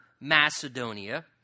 Macedonia